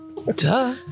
Duh